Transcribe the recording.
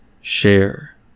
Share